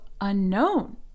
unknown